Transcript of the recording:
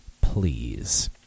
please